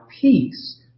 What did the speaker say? peace